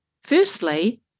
firstly